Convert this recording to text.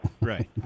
Right